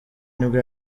nibwo